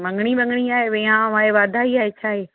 मङणी वङणी आहे विहाउं आहे वाधाई आहे छा आहे